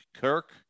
Kirk